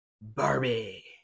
Barbie